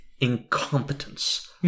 incompetence